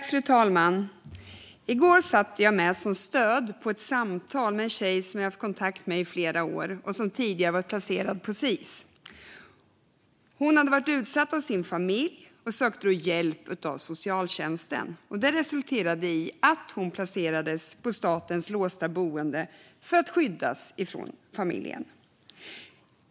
Fru talman! I går satt jag med som stöd på ett samtal med en tjej som jag haft kontakt med i flera år och som tidigare varit placerad på Sis-hem. Hon hade varit utsatt av sin familj och sökte då hjälp av socialtjänsten. Det resulterade i att hon placerades på ett av statens låsta boenden, för att skyddas från familjen.